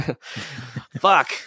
Fuck